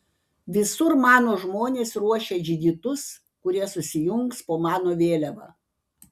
visur mano žmonės ruošia džigitus kurie susijungs po mano vėliava